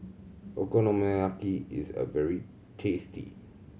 okonomiyaki is a very tasty